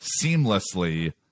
seamlessly